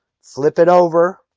flip it over.